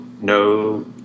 no